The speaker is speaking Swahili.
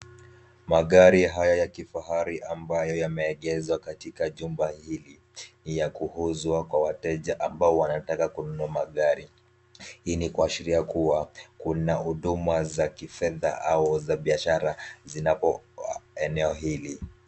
Magari haya ya kifahari ambayo yameegeshwa katika jumba hili ni ya kuuzwa kwa wateja ambao wanataka kununua magari. Hii ni kuashiria kuwa kuna huduma za kifedha za au za biashara zinapo eneo hili.